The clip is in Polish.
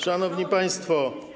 Szanowni Państwo!